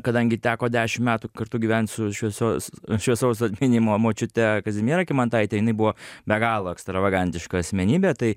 kadangi teko dešim metų kartu gyvent su šviesios šviesaus atminimo močiute kazimiera kymantaite jinai buvo be galo ekstravagantiška asmenybė tai